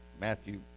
Matthew